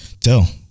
tell